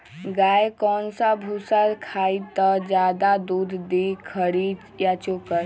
गाय कौन सा भूसा खाई त ज्यादा दूध दी खरी या चोकर?